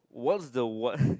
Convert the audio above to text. what's the what